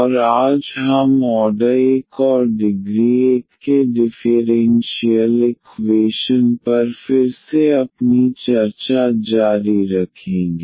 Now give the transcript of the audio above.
और आज हम ऑर्डर 1 और डिग्री 1 के डिफ़ेरेन्शियल इक्वेशन पर फिर से अपनी चर्चा जारी रखेंगे